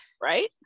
Right